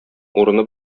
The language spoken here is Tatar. урыны